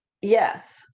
Yes